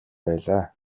байлаа